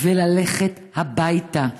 וללכת הביתה.